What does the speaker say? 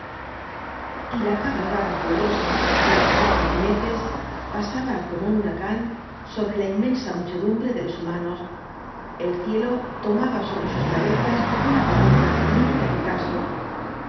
t la cabalgada furiosa do los cuatro jinetes pasaba como un huracán sobre la inmensa muchedumbre de los humanos el cielo tomaba sobre sus cabezas una penum v bl asoo